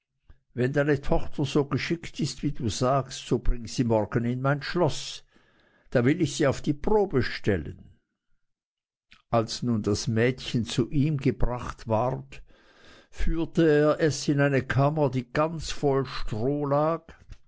wenn deine tochter so geschickt ist wie du sagst so bring sie morgen in mein schloß da will ich sie auf die probe stellen als nun das mädchen zu ihm gebracht ward führte er es in eine kammer die ganz voll stroh lag